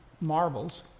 marbles